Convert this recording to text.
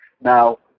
Now